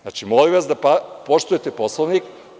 Znači, molim vas da poštujete Poslovnik.